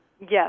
Yes